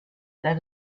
that